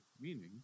meaning